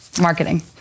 marketing